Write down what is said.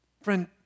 Friend